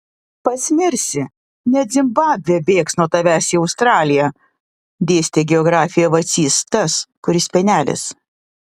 pasmirsi net zimbabvė bėgs nuo tavęs į australiją dėstė geografiją vacys tas kuris penelis